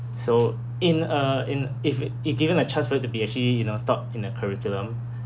so in a in a if it if given a chance for it to be actually you know taught in a curriculum